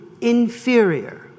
inferior